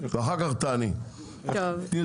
אחר כך תעני,